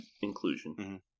inclusion